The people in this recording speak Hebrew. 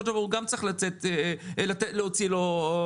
של דבר הוא גם צריך להוציא לו קנס,